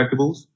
collectibles